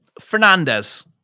Fernandez